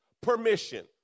permission